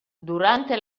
durante